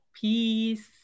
Peace